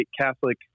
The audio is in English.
Catholic